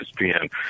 ESPN